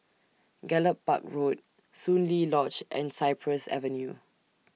Gallop Park Road Soon Lee Lodge and Cypress Avenue